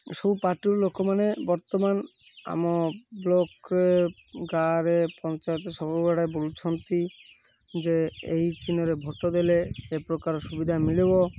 ସବୁ ପାର୍ଟିରୁ ଲୋକମାନେ ବର୍ତ୍ତମାନ ଆମ ବ୍ଲକ୍ରେ ଗାଁରେ ପଞ୍ଚାୟତରେ ସବୁବେଳେ ବୁଲୁଛନ୍ତି ଯେ ଏହି ଚିହ୍ନରେ ଭୋଟ୍ ଦେଲେ ଏ ପ୍ରକାର ସୁବିଧା ମିଳିବ